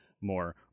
more